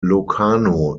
locarno